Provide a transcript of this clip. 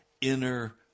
inner